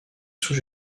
sous